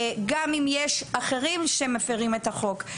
גם אם יש אחרים שמפרים את החוק.